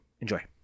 Enjoy